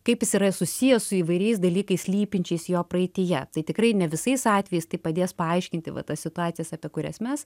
kaip jis yra susijęs su įvairiais dalykais slypinčiais jo praeityje tai tikrai ne visais atvejais tai padės paaiškinti va tas situacijas apie kurias mes